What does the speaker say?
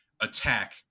attack